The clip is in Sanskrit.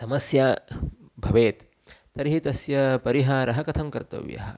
समस्या भवेत् तर्हि तस्य परिहारः कथं कर्तव्यः